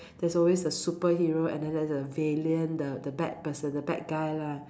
there's always a superhero and then there's also a villain the bad person the bad guy lah